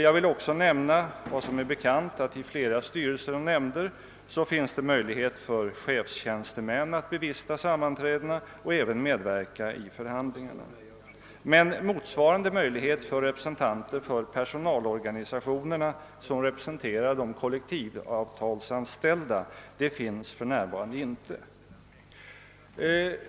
Som bekant finns det i flera styrelser och nämnder möjlighet för chefstjänstemän att bevista sammanträdena och medverka i förhandlingarna. Motsvarande möjlighet för representanter för de personalorganisationer som företräder de kollektivavtalsanställda föreligger emellertid inte för närvarande.